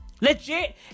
Legit